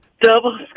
Double